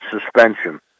suspension